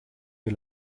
wir